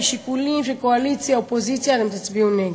משיקולים של קואליציה אופוזיציה אתם תצביעו נגד.